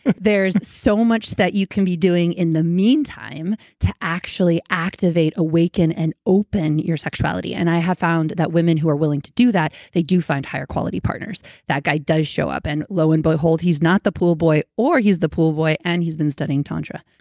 there's so much that you can be doing in the meantime to actually activate, awaken and open your sexuality. and i have found that women who are willing to do that, they do find higher quality partners. that guy does show up and lo and behold, he's not the pool boy or he's the pool boy and he's been studying tantra.